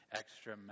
extra